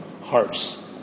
hearts